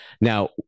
now